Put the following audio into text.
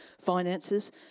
finances